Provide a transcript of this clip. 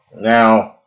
Now